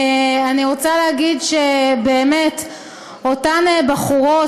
אני רוצה להגיד שבאמת אותן בחורות